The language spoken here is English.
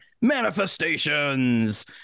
manifestations